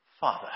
father